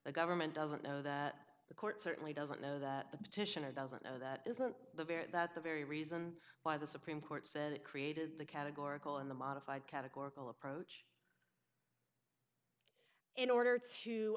the government doesn't know that the court certainly doesn't know that the petitioner doesn't know that isn't the very that the very reason why the supreme court said it created the categorical in the modified categorical approach in order to